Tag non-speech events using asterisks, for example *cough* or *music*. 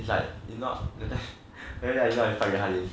is like if not *noise* that time very very hard to fight with 翰林